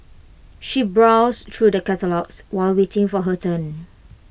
she browsed through the catalogues while waiting for her turn